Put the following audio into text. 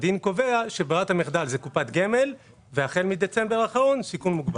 הדין קובע שברירת המחדל זה קופת גמל והחל מדצמבר האחרון זה סיכון מוגבר.